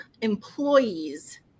employees